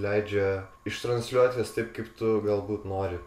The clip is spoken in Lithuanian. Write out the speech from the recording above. leidžia ištransliuot jas taip kaip tu galbūt nori